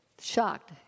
shocked